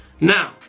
Now